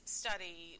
study